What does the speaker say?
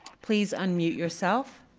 please unmute yourself.